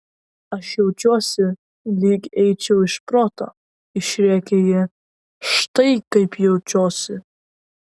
aš jaučiuosi lyg eičiau iš proto išrėkė ji štai kaip jaučiuosi